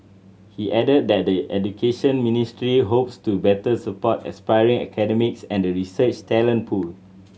he added that the Education Ministry hopes to better support aspiring academics and the research talent pool